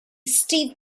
steve